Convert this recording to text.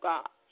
God